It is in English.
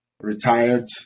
retired